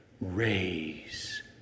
raise